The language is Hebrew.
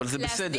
זה בסדר.